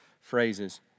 phrases